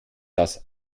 das